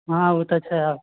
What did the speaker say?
हँ ओ तऽ छै आब